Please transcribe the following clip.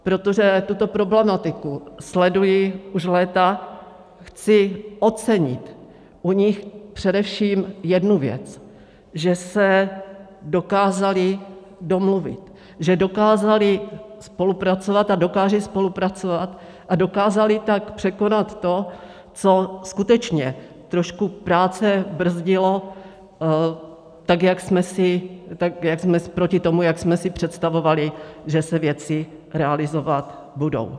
Protože tuto problematiku sleduji už léta, chci ocenit u nich především jednu věc, že se dokázali domluvit, že dokázali spolupracovat a dokážou spolupracovat, a dokázali tak překonat to, co skutečně trošku práce brzdilo proti tomu, jak jsme si představovali, že se věci realizovat budou.